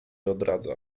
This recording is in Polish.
odradza